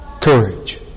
courage